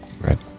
Right